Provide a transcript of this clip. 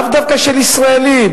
לאו דווקא של ישראלים,